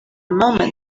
moment